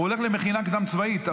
הוא הולך למכינה קדם-צבאית.